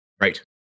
Right